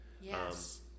yes